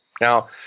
Now